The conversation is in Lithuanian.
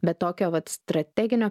be tokio vat strateginio